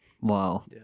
Wow